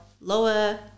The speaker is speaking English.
lower